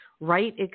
right